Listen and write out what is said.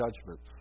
judgments